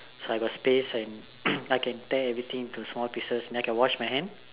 so I got space and like I can tear everything into small pieces and I can wash my hand